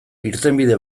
irtenbide